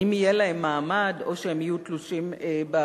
האם יהיה להם מעמד, או שהם יהיו תלושים באוויר?